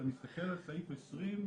אתה מסתכל על סעיף 20,